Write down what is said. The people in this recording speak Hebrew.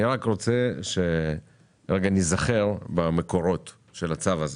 אני רק רוצה שרגע ניזכר במקורות של הצו הזה.